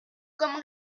comme